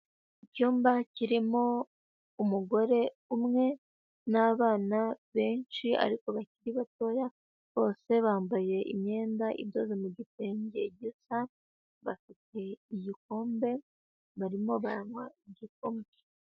Icyumba kirimo umugore umwe n'abana benshi ariko bakiri batoya bose bambaye imyenda idoze mu gitenge gisa, bafite igikombe barimo banywa igikoma.